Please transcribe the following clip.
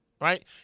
right